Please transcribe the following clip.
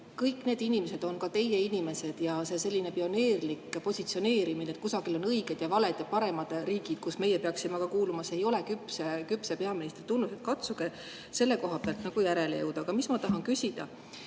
kõik need inimesed on ka teie inimesed ja selline pioneerlik positsioneerimine, et kusagil on õiged ja valed ning paremad riigid, kelle hulka meie peaksime ka kuuluma, ei ole küpse peaministri tunnus. Katsuge selle koha pealt järele jõuda. Aga ma tahan küsida